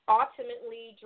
ultimately